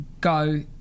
go